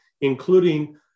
including